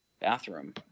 bathroom